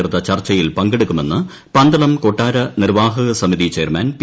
ചേർത്ത ചർച്ചയിൽ പങ്കെടുക്കുമെന്ന് പന്തളം കൊട്ടാര നിർവ്വാഹക സമിതി ചെയർമാൻ പി